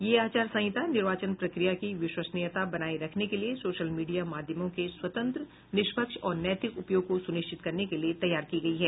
यह आचार संहिता निर्वाचन प्रक्रिया की विश्वसनीयता बनाए रखने के लिए सोशल मीडिया माध्यमों के स्वतंत्र निष्पक्ष और नैतिक उपयोग को सुनिश्चित करने के लिए तैयार की गई है